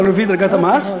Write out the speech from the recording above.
תלוי לפי דרגת המס.